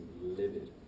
livid